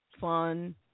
fun